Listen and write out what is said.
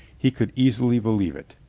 he could easily believe it.